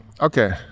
okay